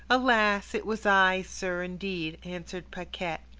alas! it was i, sir, indeed, answered paquette.